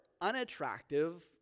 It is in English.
unattractive